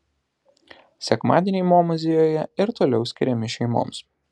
sekmadieniai mo muziejuje ir toliau skiriami šeimoms